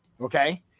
Okay